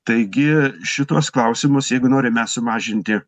taigi šituos klausimus jeigu norim mes sumažinti